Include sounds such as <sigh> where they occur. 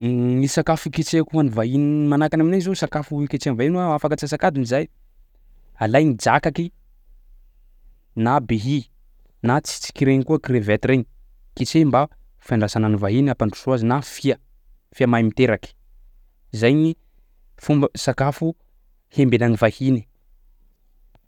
<hesitation> Ny sakafo ketrehiko ho an'ny vahiny manahaka any aminay zao sakafo iketrehan'ny vahiny hoe afaka antsasak'adiny zahay, alay ny drakaky na behia tsitsiky regny koa crevette regny ketreha mba fiandrasana ny vahiny ampandrosoa azy na fia fia mahay miteraky. Zay gny fomba sakafo hiembegna ny vahiny.